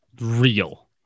real